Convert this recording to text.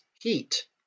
heat